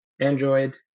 Android